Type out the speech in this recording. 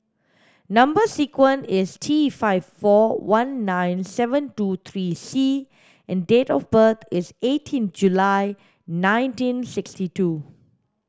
number sequence is T five four one nine seven two three C and date of birth is eighteen July nineteen sixty two